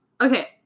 Okay